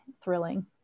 thrilling